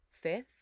Fifth